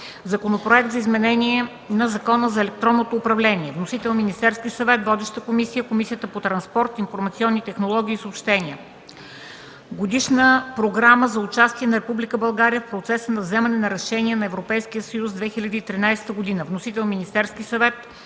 Законопроект за изменение на Закона за електронното управление. Вносител е Министерският съвет. Водеща е Комисията по транспорт, информационни технологии и съобщения. Годишна програма за участие на Република България в процеса на вземане на решения на Европейския съюз (2013 г.). Вносител е Министерският съвет.